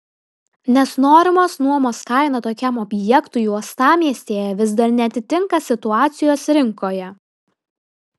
nes norimos nuomos kaina tokiam objektui uostamiestyje vis dar neatitinka situacijos rinkoje